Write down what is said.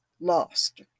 lost